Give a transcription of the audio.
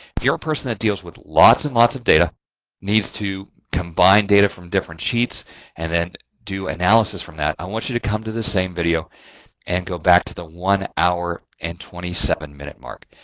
you're a person that deals with lots and lots of data needs to combine data from different sheets and then do analysis from that. i want you to come to the same video and go back to the one hour and twenty seven minute mark.